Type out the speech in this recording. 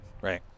Right